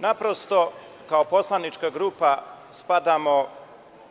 Naprosto, kao poslanička grupa spadamo